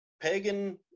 pagan